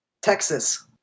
Texas